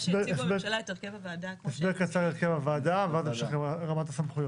הסבר קצר על הרכב הוועדה ואז נמשיך עם רמת הסמכויות.